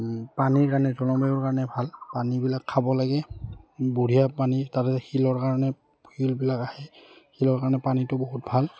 পানীৰ কাৰণে জলবায়ুৰ কাৰণে ভাল পানীবিলাক খাব লাগে বঢ়িয়া পানী তাতে শিলৰ কাৰণে শিলবিলাক আহে শিলৰ কাৰণে পানীটো বহুত ভাল